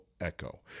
Echo